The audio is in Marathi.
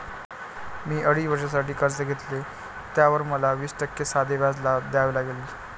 मी अडीच वर्षांसाठी कर्ज घेतले, त्यावर मला वीस टक्के साधे व्याज द्यावे लागले